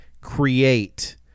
create